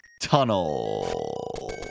Tunnel